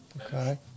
Okay